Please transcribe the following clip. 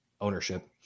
ownership